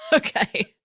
ok.